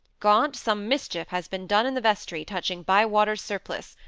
gaunt, some mischief has been done in the vestry, touching bywater's surplice.